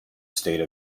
state